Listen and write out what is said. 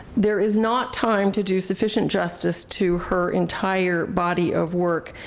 there is not time to do sufficient justice to her entire body of work.